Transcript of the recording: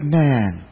man